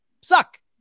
suck